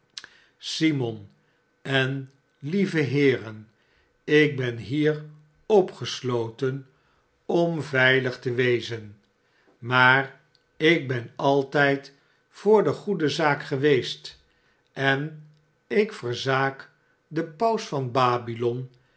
simon en lieve heeren ik ben hier qpgesloten om veilig te wezen maar ik ben altijd voor de goede zaak geweest en ik verzaak den paus van